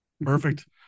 Perfect